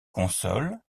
consoles